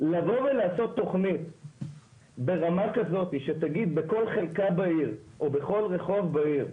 לבוא ולעשות תכנית ברמה כזאת שתגיד בכל חלקה בעיר או בכל רחוב בעיר,